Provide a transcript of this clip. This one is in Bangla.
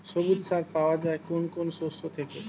সবুজ সার পাওয়া যায় কোন কোন শস্য থেকে?